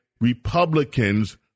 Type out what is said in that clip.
Republicans